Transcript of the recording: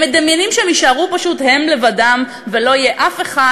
הם מדמיינים שהם יישארו פשוט הם לבדם ולא יהיה אף אחד